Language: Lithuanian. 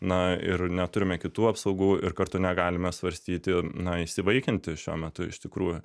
na ir neturime kitų apsaugų ir kartu negalime svarstyti na įsivaikinti šiuo metu iš tikrųjų